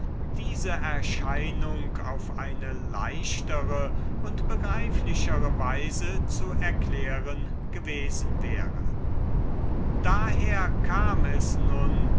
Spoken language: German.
diese erscheinung auf eine leichtere und begreiflichere weise zu erklären gewesen wäre daher kam es nun